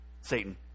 satan